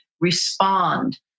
respond